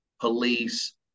police